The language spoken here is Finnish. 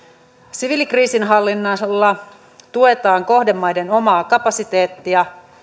siviilikriisinhallinnalla tuetaan kohdemaiden omaa kapasiteettia